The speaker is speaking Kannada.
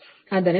0123 j0